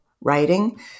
writing